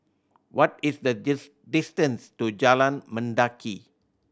what is the distance to Jalan Mendaki